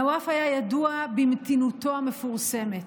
נואף היה ידוע במתינותו המפורסמת,